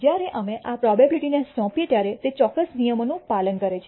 જ્યારે અમે આ પ્રોબેબીલીટી ને સોંપીએ ત્યારે તે ચોક્કસ નિયમોનું પાલન કરે છે